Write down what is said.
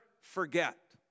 forget